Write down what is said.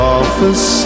office